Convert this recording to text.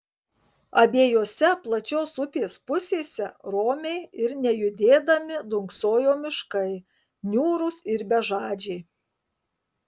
abiejose plačios upės pusėse romiai ir nejudėdami dunksojo miškai niūrūs ir bežadžiai